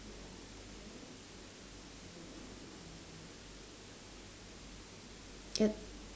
yup